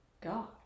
god